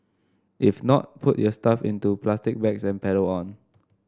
if not put your stuff into plastic bags and pedal on